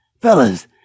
fellas